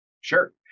Sure